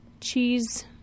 cheese